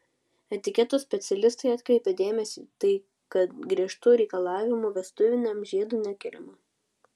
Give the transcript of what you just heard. etiketo specialistai atkreipia dėmesį tai kad griežtų reikalavimų vestuviniam žiedui nekeliama